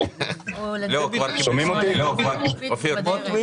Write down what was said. אתם מדברים על הספורט,